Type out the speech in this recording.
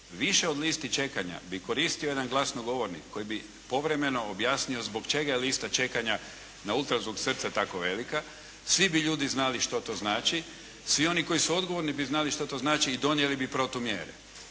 Više od listi čekanja bi koristio jedan glasnogovornik koji bi povremeno objasnio zbog čega je lista čekanja na ultrazvuk srca tako velika. Svi bi ljudi znali što to znači. Svi oni koji su odgovorni bi znali što to znači i donijeli bi protumjere.